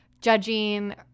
judging